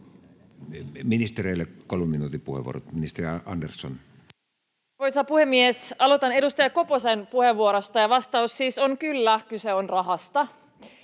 Ministereille kolmen minuutin puheenvuorot. — Ministeri Andersson. Arvoisa puhemies! Aloitan edustaja Koposen puheenvuorosta, ja vastaus on kyllä: kyse on rahasta.